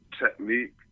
technique